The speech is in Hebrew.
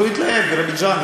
אז הוא התלהב, בירוביג'ן.